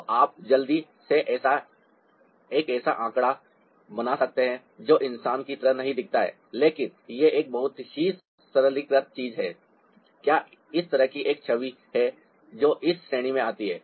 तो आप जल्दी से एक ऐसा आंकड़ा बना सकते हैं जो इंसान की तरह नहीं दिखता है लेकिन यह एक बहुत ही सरलीकृत चीज है क्या इस तरह की एक छवि है जो इस श्रेणी में आती है